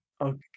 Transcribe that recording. okay